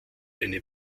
eine